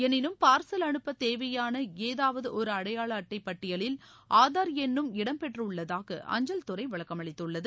எனினும் பார்சல் அனுப்ப தேவையான ஏதாவது ஒரு அடையாள அட்டை பட்டியலில் ஆதார் எண்ணும் இடம்பெற்றுள்ளதாக அஞ்சல் துறை விளக்கமளித்துள்ளது